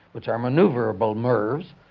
which are manoeuvrable mirvs,